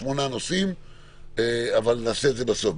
שמונה נושאים אבל נעשה את זה בסוף.